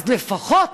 אז לפחות